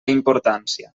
importància